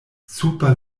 super